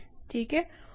ठीक है